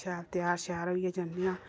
शैल त्यार श्यार होइये जन्ने आं